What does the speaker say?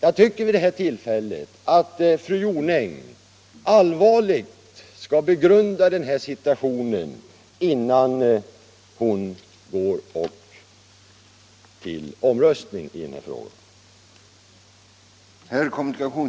Jag tycker att fru Jonäng allvarligt skall begrunda situationen innan hon går upp till omröstning i den här frågan.